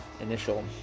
Initial